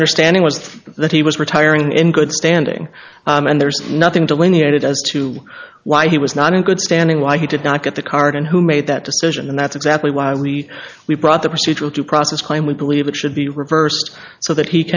understanding was that he was retiring in good standing and there's nothing delineated as to why he was not in good standing why he did not get the card and who made that decision and that's exactly why he we brought the procedural due process claim we believe it should be reversed so that he